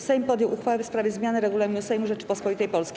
Sejm podjął uchwałę w sprawie zmiany Regulaminu Sejmu Rzeczypospolitej Polskiej.